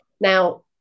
Now